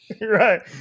Right